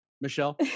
Michelle